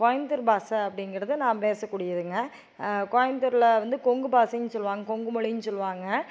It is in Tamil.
கோயம்புத்தூர் பாசை அப்படிங்கிறது நான் பேசக்கூடியதுங்க கோயம்புத்தூரில் வந்து கொங்கு பாசைன்னு சொல்லுவாங்க கொங்கு மொழின்னு சொல்லுவாங்க